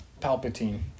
Palpatine